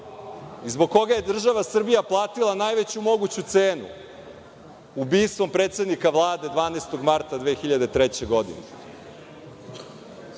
i zbog kog je država Srbija platila najveću moguću cenu, ubistvom predsednika Vlade 12. marta 2003. godine,